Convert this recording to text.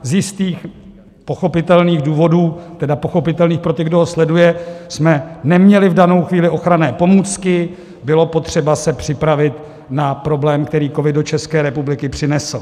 Z jistých pochopitelných důvodů, tedy pochopitelných pro ty, kdo ho sledují, jsme neměli v danou chvíli ochranné pomůcky, bylo potřeba se připravit na problém, který covid do České republiky přinesl.